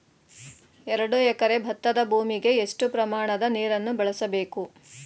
ಎರಡು ಎಕರೆ ಭತ್ತದ ಭೂಮಿಗೆ ಎಷ್ಟು ಪ್ರಮಾಣದ ನೀರನ್ನು ಬಳಸಬೇಕು?